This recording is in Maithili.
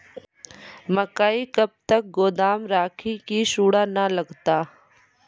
मकई कब तक गोदाम राखि की सूड़ा न लगता?